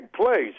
place